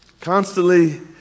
Constantly